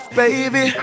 baby